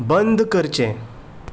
बंद करचें